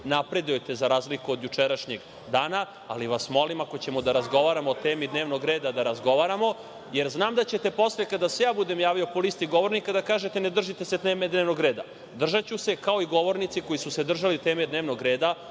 napredujete za razliku od jučerašnjeg dana, ali vas molim ako ćemo da razgovaramo o temi dnevnog reda da razgovaramo, jer znam da ćete posle kada se ja budem javio po listi govornika da kažete – ne držite se teme dnevnog reda. Držaću se, kao i govornici koji su se držali teme dnevnog reda